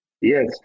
Yes